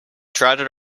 trotted